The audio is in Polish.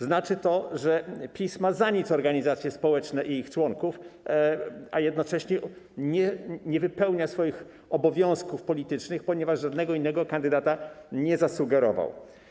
Znaczy to, że PiS ma za nic organizacje społeczne i ich członków, a jednocześnie nie wypełnia swoich obowiązków politycznych, ponieważ żadnego innego kandydata nie zasugerował.